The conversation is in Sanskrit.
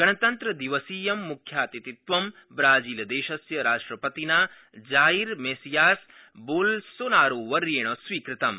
गणतन्त्रदिवसीयं मुख्यतिथित्वं ब्राजीलदेशस्य राष्ट्रपतिना जाइर मैसियास बोलसोनारो वर्येण स्वीकृतम्